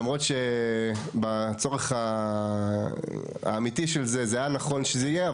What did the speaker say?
למרות שבצורך האמיתי של זה, זה היה נכון שזה יהיה.